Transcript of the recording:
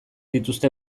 dituzte